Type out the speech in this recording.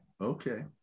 okay